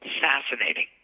fascinating